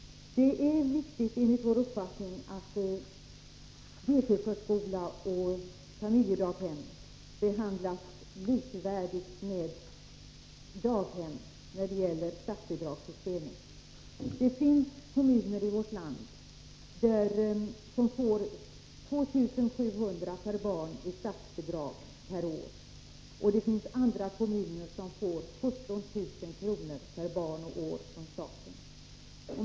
Det är viktigt, enligt vår uppfattning, att deltidsförskola och familjedaghem behandlas likvärdigt med daghem när det gäller statsbidragssystemet. Det finns kommuner i vårt land som får 2 700 kr. per barn och år i statsbidrag, och det finns andra kommuner som får 17 000 kr. per barn och år från staten.